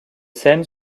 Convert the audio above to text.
scènes